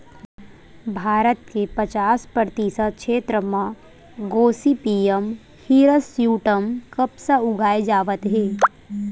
भारत के पचास परतिसत छेत्र म गोसिपीयम हिरस्यूटॅम कपसा उगाए जावत हे